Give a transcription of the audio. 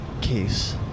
case